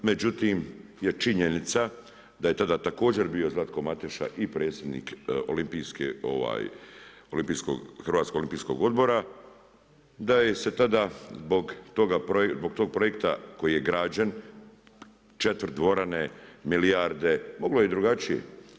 Međutim je činjenica da je tada također bio Zlatko Mateša i predsjednik Hrvatskog olimpijskog odbora, da se tada zbog toga projekta koji je građen 4 dvorane milijarde, moglo je i drugačije.